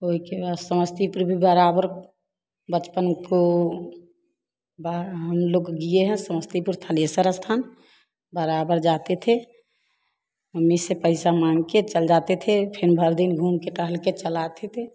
उसके बाद समस्तीपुर भी बराबर बचपन को बा हम लोग गए हैं समस्तीपुर थालेश्वर स्थान बराबर जाते थे मम्मी से पैसा माँग कर चले जाते थे फिर भर दिन घूम के टहल कर चले आते थे